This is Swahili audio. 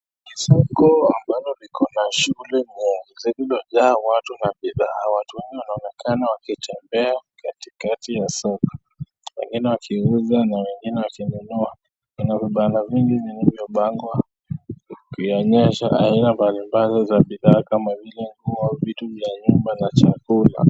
Soko ambalo liko na shughuli na lililojaa watu na bidhaa. Watu wengi wanetembea wakitembea katikati ya soko wengine wakiuza na wengine wakinunua. Kuna vibanda vingi vilivyopangwa zikionyesha aina mbalimbali za bidhaa kama vile nguo, vitu vya nyumba na chakula.